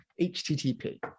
HTTP